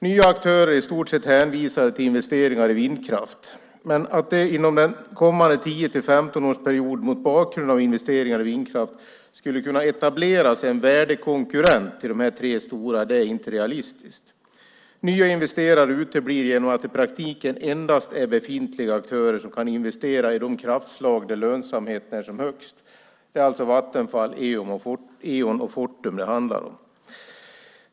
Nya aktörer är i stort sett hänvisade till investeringar i vindkraft. Men att det inom den kommande 10-15-årsperioden mot bakgrund av investeringar i vindkraft skulle kunna etableras en värdig konkurrent till de tre stora är inte realistiskt. Nya investerare uteblir genom att det i praktiken endast är befintliga aktörer som kan investera i de kraftslag där lönsamheten är som högst. Det är alltså Vattenfall, Eon och Fortum det handlar om.